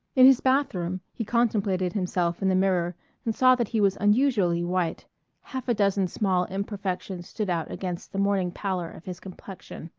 in his bathroom he contemplated himself in the mirror and saw that he was unusually white half a dozen small imperfections stood out against the morning pallor of his complexion,